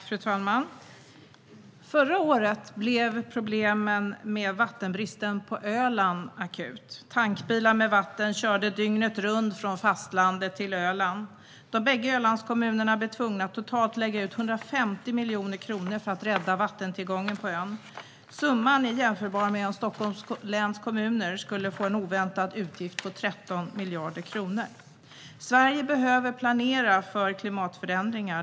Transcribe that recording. Fru talman! Förra året blev problemen med vattenbrist på Öland akut. Tankbilar med vatten körde dygnet runt från fastlandet till Öland. De bägge Ölandskommunerna blev tvungna att totalt lägga ut 150 miljoner kronor för att rädda vattentillgången på ön. Summan är jämförbar med om Stockholms läns kommuner skulle få en oväntad utgift på 13 miljarder kronor. Sverige behöver planera för klimatförändringar.